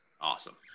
Awesome